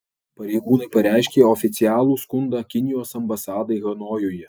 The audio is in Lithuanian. pareigūnai pareiškė oficialų skundą kinijos ambasadai hanojuje